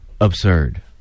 Absurd